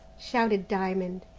shouted diamond.